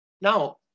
now